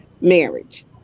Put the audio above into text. Marriage